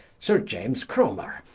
sir iames cromer,